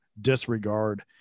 disregard